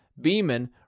Beeman